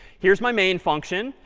here's my main function.